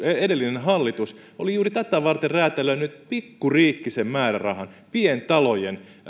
edellinen hallitus oli juuri tätä varten räätälöinyt pikkuriikkisen määrärahan pientalojen